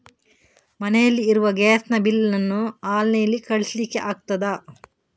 ಮನೆಯಲ್ಲಿ ಇರುವ ಗ್ಯಾಸ್ ನ ಬಿಲ್ ನ್ನು ಆನ್ಲೈನ್ ನಲ್ಲಿ ಕಳಿಸ್ಲಿಕ್ಕೆ ಆಗ್ತದಾ?